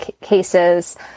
cases